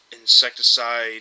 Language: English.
insecticide